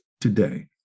today